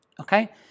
okay